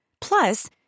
Plus